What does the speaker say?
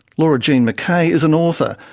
laura jean mckay is an author,